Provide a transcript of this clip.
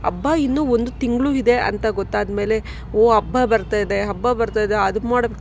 ಹಬ್ಬ ಇನ್ನೂ ಒಂದು ತಿಂಗಳು ಇದೆ ಅಂತ ಗೊತ್ತಾದ ಮೇಲೆ ಓಹ್ ಹಬ್ಬ ಬರ್ತಾ ಇದೆ ಹಬ್ಬ ಬರ್ತಾ ಇದೆ ಅದು ಮಾಡ